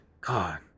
God